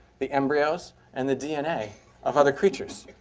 the embryos, and the dna of other creatures,